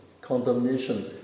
Condemnation